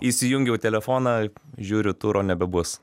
įsijungiau telefoną žiūriu turo nebebus